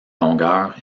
longueur